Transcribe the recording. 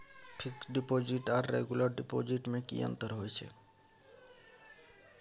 Fix deposit आर regular deposit में की अंतर होय छै?